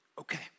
Okay